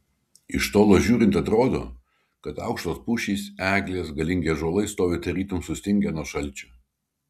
iš tolo žiūrint atrodo kad aukštos pušys eglės galingi ąžuolai stovi tarytum sustingę nuo šalčio